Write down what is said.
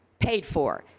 paid for.